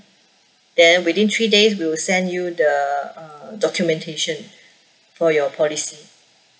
then within three days we will send you the uh documentation for your policy